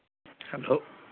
hello